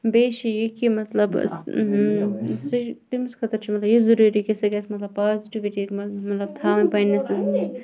بیٚیہِ چھُ یہِ کہِ مَطلَب سُہ چھُ مَطلَب تٔمس خٲطرٕ چھُ یہِ ضروٗری کہِ سُہ گَژھِ مَطلَب